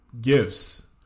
gifts